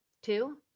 Two